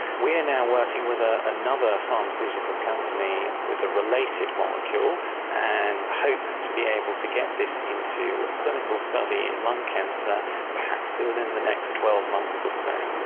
we are now working with ah another pharmaceutical company with a related molecule and hope to be able to get this into a clinical study in lung cancer perhaps within the next twelve months or so.